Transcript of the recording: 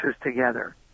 together